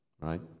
right